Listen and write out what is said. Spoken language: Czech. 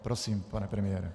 Prosím, pane premiére.